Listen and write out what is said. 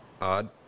odd